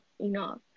enough